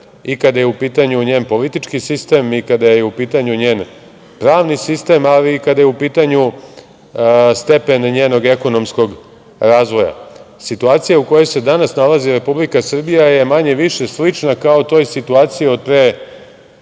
i kada je u pitanju njen politički sistem i kada je u pitanju njen pravni sistem, ali i kada je u pitanju stepen njenog ekonomskog razvoja. Situacija u kojoj se danas nalazi Republika Srbija je manje više slična toj situaciji od pre